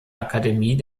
akademie